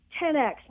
10x